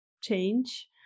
change